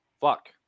Fuck